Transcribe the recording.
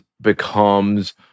becomes